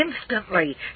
instantly